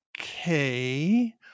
okay